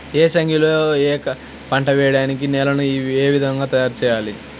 ఏసంగిలో ఏక పంటగ వెయడానికి నేలను ఏ విధముగా తయారుచేయాలి?